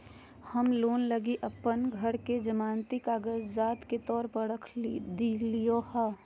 हम लोन लगी अप्पन घर के जमानती कागजात के तौर पर रख देलिओ हें